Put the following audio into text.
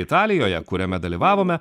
italijoje kuriame dalyvavome